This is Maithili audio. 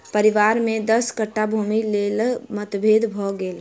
परिवार में दस कट्ठा भूमिक लेल मतभेद भ गेल